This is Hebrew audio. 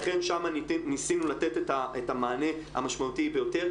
לכן שם ניסינו לתת את המענה המשמעותי ביותר.